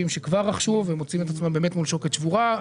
שכבר רכשו ומוצאים את עצמם באמת מול שוקת שבורה,